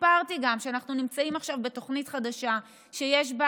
סיפרתי גם שאנחנו נמצאים עכשיו בתוכנית חדשה שיש בה